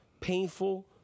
painful